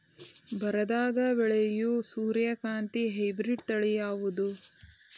ಬರದಾಗ ಬೆಳೆಯೋ ಸೂರ್ಯಕಾಂತಿ ಹೈಬ್ರಿಡ್ ತಳಿ ಯಾವುದು?